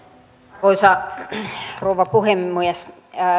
arvoisa rouva puhemies